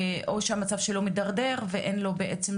או שהמצב שלו מתדרדר ואין לו בעצם